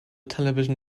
television